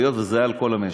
היות שזה היה על כל המשק.